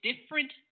different